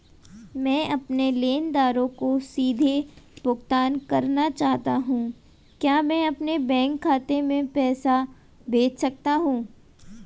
मैं अपने लेनदारों को सीधे भुगतान करना चाहता हूँ क्या मैं अपने बैंक खाते में पैसा भेज सकता हूँ?